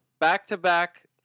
Back-to-back